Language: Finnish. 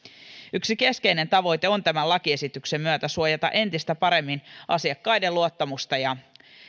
yksi keskeinen tavoite on tämän lakiesityksen myötä suojata entistä paremmin asiakkaiden luottamusta ja